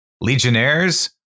Legionnaires